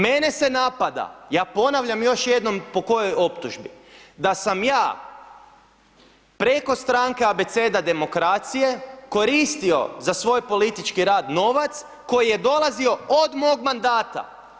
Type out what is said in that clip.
Mene se napada, ja ponavljam još jednom po kojoj optužbi, da sam ja preko stranke Abeceda demokracije koristio za svoj politički rad novac koji je dolazio od mog mandata.